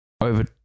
over